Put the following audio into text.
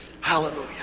Hallelujah